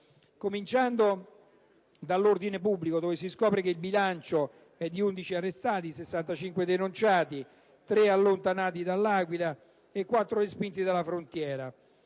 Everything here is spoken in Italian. cominciando dall'ordine pubblico, dove si scopre che il bilancio è di 11 arrestati, 65 denunciati, tre allontanati dall'Aquila e quattro respinti alla frontiera.